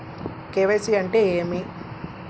KYC అంటే ఏమి?